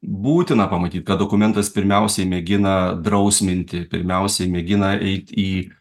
būtina pamatyt kad dokumentas pirmiausiai mėgina drausminti pirmiausiai mėgina eit į